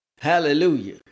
Hallelujah